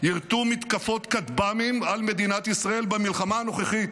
ירטו מתקפות כטב"מים על מדינת ישראל במלחמה הנוכחית.